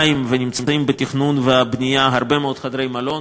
בירושלים ונמצאים בתכנון ובנייה הרבה מאוד חדרי מלון.